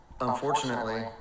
unfortunately